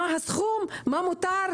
מה הסכום ומה מותר.